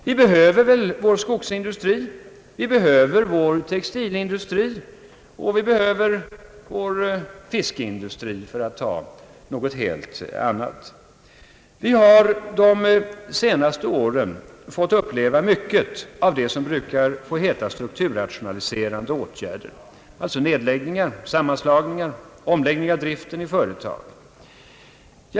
Vi behöver vår skogsindustri, vi behöver vår textilindustri. Vi behöver vår fiskeindustri, för att ta något helt annat. Vi har under de senaste åren fått uppleva mycket av det som brukar få heta strukturrationaliserande åtgärder, dvs. nedläggningar, sammanslagningar, omläggning av driften i företag.